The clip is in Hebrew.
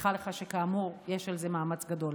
מבטיחה לך שכאמור יש על זה מאמץ גדול.